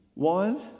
One